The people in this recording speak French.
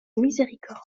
miséricorde